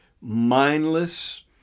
mindless